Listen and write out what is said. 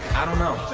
i don't know.